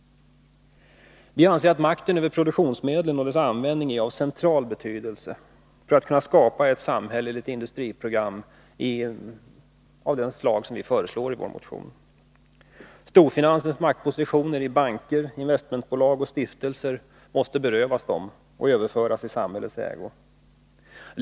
Makten över produktionsmedlen och dess användning är av central betydelse för att kunna skapa ett samhälleligt industriprogram av det slag som vi föreslår i vår motion. Storfinansens maktpositioner i banker, investmentbolag och stiftelser måste berövas dem genom att dessa överförs i samhällets ägo.